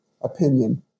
opinion